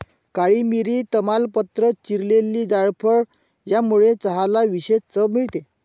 काळी मिरी, तमालपत्र, चिरलेली जायफळ यामुळे चहाला विशेष चव मिळते